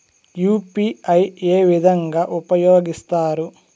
UPI ఏ విధంగా ఉపయోగిస్తారు?